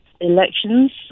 elections